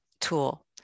tool